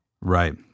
Right